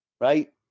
right